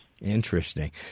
Interesting